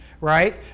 right